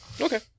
Okay